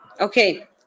Okay